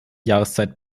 jahreszeit